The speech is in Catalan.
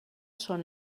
són